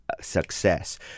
success